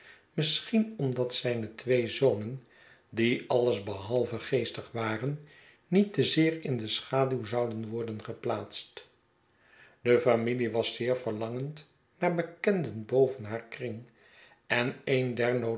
misschien omdat zijne twee zonen die alles behalve geestig waren niet te zeer in de schaduwzouden worden geplaatst de familie was zeer verlangend naar bekenden boven haar kring en een der